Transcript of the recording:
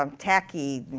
um tacky,